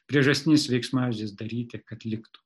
priežastinis veiksmažodis daryti kad liktų